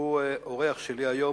והוא אורח שלי היום.